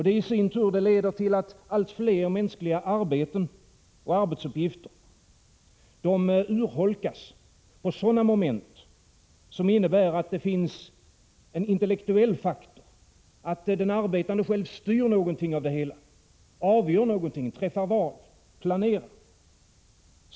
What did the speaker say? Detta i sin tur leder till att allt fler mänskliga arbeten och arbetsuppgifter urholkas på sådana moment som innebär att det finns en intellektuell faktor, att den arbetande själv styr något av det hela, avgör något, träffar val och planerar.